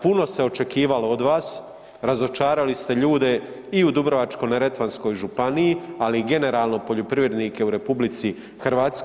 Puno se očekivalo od vas, razočarali ste ljude i u Dubrovačko-neretvanskoj županiji, ali i generalno poljoprivrednike u RH.